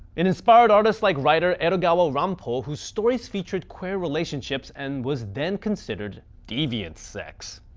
it inspired artists like writer edogawa ranpo whose stories featured queer relationships and was then considered deviant sex.